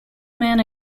men